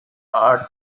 art